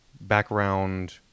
background